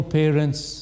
parents